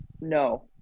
no